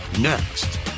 next